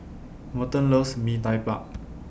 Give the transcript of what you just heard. Merton loves Mee Tai Mak